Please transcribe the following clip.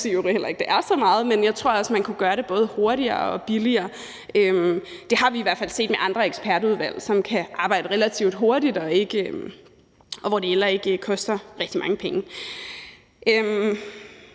at man kunne gøre det både hurtigere og billigere. Vi har i hvert fald set med andre ekspertudvalg, at de kan arbejde relativt hurtigt, og at det heller ikke behøver koster rigtig mange penge.